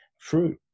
fruit